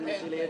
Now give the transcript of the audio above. כן,